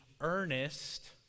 earnest